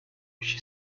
she